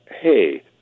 hey